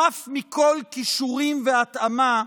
חף מכל כישורים והתאמה,